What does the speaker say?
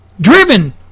driven